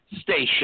station